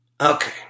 Okay